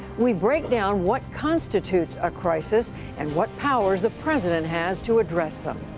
we break down what constitutes a crisis and what powers the president has to address them.